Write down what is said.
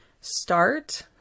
start